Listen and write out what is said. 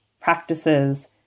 practices